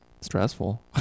Stressful